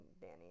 Danny